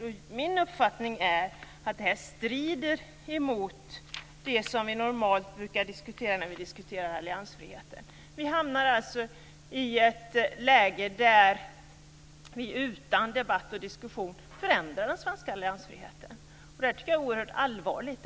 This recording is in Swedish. Och min uppfattning är att detta strider mot det som vi normalt brukar diskutera när det gäller alliansfriheten. Vi hamnar alltså i ett läge där vi utan debatt och diskussion förändrar den svenska alliansfriheten. Det tycker jag är oerhört allvarligt.